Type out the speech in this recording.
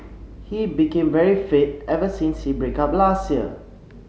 he became very fit ever since he break up last year